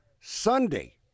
Sunday